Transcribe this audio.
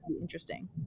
interesting